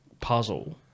Puzzle